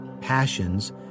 passions